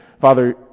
Father